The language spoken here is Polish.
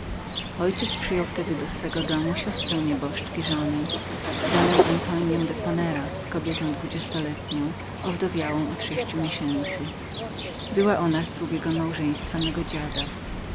ojciec przyjął wtedy do swego domu siostrę nieboszczki żony donę antonię de poneras dwudziestoletnią i owdowiałą od sześciu miesięcy była ona z drugiego małżeństwa mego dziada